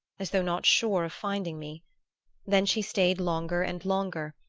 as though not sure of finding me then she stayed longer and longer,